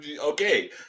okay